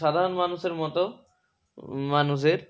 সাধারণ মানুষের মতো মানুষের